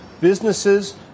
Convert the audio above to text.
businesses